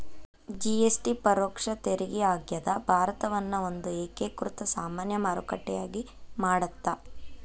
GST ಪರೋಕ್ಷ ತೆರಿಗೆ ಆಗ್ಯಾದ ಭಾರತವನ್ನ ಒಂದ ಏಕೇಕೃತ ಸಾಮಾನ್ಯ ಮಾರುಕಟ್ಟೆಯಾಗಿ ಮಾಡತ್ತ